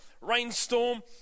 rainstorm